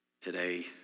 Today